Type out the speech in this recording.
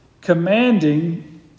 commanding